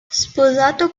sposato